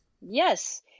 Yes